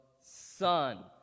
Son